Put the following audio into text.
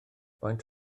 faint